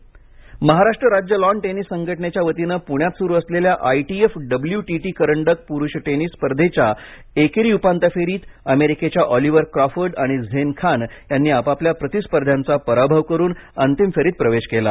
tennis Maharashtra राज्य lawn tennis संघटनेच्या वतीने पुण्यात सुरू असलेल्या आयटीएफ डब्लूटीटी करंडक पुरुष टेनिस स्पर्धेच्या एकेरी उपांत्य फेरीत अमेरिकेच्या ऑलिव्हर क्रॉफर्ड आणि झेन खान यांनी आपापल्या प्रतिस्पर्ध्यांचा पराभव करून अंतिम फेरीत प्रवेश केला